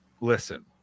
listen